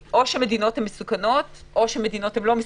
שיוצאת מתוך הנחה שמדינות הן או מסוכנות או לא מסוכנות,